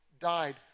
died